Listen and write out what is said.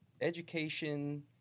education